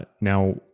Now